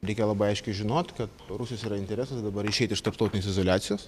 reikia labai aiškiai žinot kad rusijos yra interesas dabar išeit iš tarptautinės izoliacijos